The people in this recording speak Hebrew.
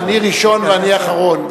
אני ראשון ואני אחרון.